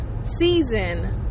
season